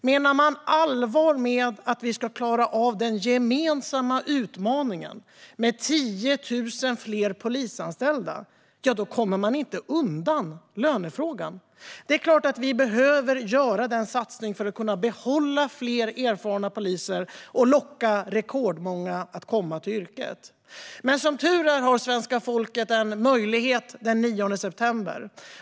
Menar man allvar med att vi ska klara av den gemensamma utmaningen med 10 000 fler polisanställda kommer man inte undan lönefrågan. Det är klart att vi behöver göra den satsningen för att kunna behålla fler erfarna poliser och locka rekordmånga till yrket. Som tur är har svenska folket en möjlighet den 9 september.